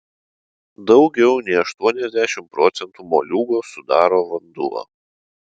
daugiau nei aštuoniasdešimt procentų moliūgo sudaro vanduo